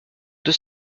deux